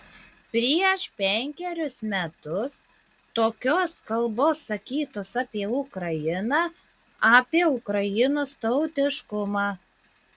prieš penkerius metus tokios kalbos sakytos apie ukrainą apie ukrainos tautiškumą